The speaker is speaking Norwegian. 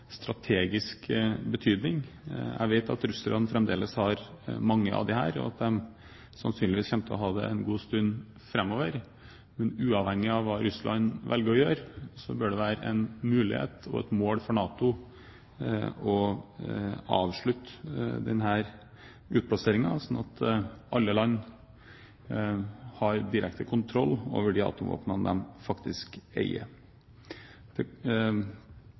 strategisk betydning. Jeg vet at russerne fremdeles har mange av dem, og at de sannsynligvis kommer til å ha det en god stund framover. Uavhengig av hva Russland velger å gjøre, bør det være en mulighet og et mål for NATO å avslutte denne utplasseringen, slik at alle land har direkte kontroll over de atomvåpnene de faktisk eier.